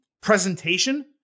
presentation